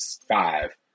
five